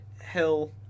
Hill